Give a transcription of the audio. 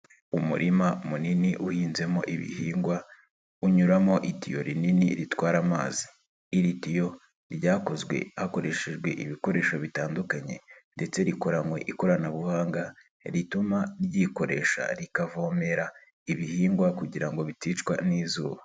Umurima munini uhinzemo ibihingwa unyuramo itiyo rinini ritwara amazi, iri tiyo ryakozwe hakoreshejwe ibikoresho bitandukanye ndetse rikoranywe ikoranabuhanga rituma ryikoresha rikavomera ibihingwa kugira ngo biticwa n'izuba.